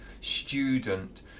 student